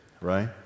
right